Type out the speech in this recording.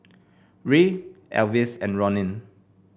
Ray Elvis and Ronin